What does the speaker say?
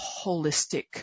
holistic